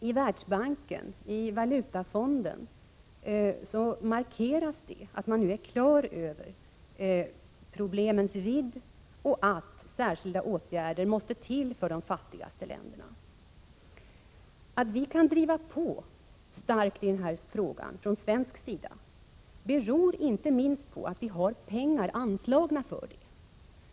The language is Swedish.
I Världsbanken och Valutafonden markeras att man nu är klar över problemens vidd och över att särskilda åtgärder måste till för de fattigaste länderna. Att vi från svensk sida kan driva på starkt i den frågan beror inte minst på att vi har pengar anslagna.